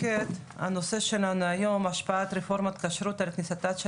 הנושא שלנו היום: השפעת רפורמת הכשרות על כניסתה של